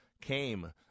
came